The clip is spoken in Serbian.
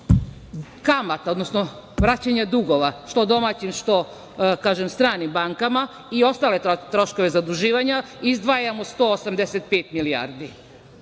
kamata, odnosno vraćanja dugova, što domaćim, što stranim bankama i ostale troškove zaduživanja, izdvajamo 185 milijardi. Sem